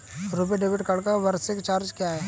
RuPay debit card का वार्षिक charge क्या है?